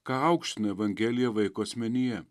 ką aukština evangelija vaiko asmenyje